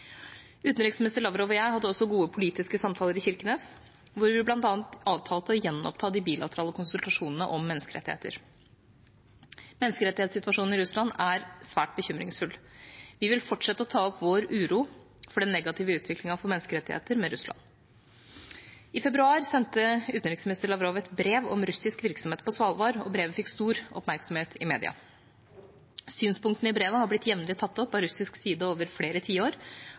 Utenriksminister Lavrov og jeg hadde også gode politiske samtaler i Kirkenes, hvor vi bl.a. avtalte å gjenoppta de bilaterale konsultasjonene om menneskerettigheter. Menneskerettighetssituasjonen i Russland er svært bekymringsfull. Vi vil fortsette å ta opp vår uro for den negative utviklingen for menneskerettigheter med Russland. I februar sendte utenriksminister Lavrov et brev om russisk virksomhet på Svalbard, og brevet fikk stor oppmerksomhet i media. Synspunktene i brevet er jevnlig blitt tatt opp av russisk side over flere tiår